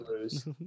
lose